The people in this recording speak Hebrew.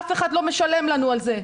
אף אחד לא משלם לנו על זה.